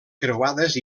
creuades